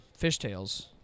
Fishtails